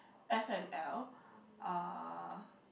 f_m_l uh